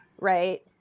right